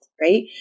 right